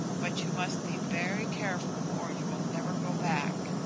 but you must be very careful or you will never go back.